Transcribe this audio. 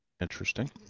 Interesting